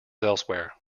elsewhere